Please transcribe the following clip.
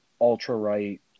ultra-right